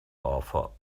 offer